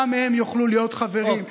גם הם יוכלו להיות חברים.